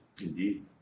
indeed